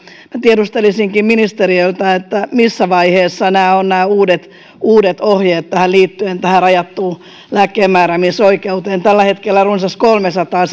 tiedustelisinkin ministeriöltä missä vaiheessa ovat nämä uudet uudet ohjeet tähän rajattuun lääkkeenmääräämisoikeuteen liittyen tällä hetkellä runsas kolmesataa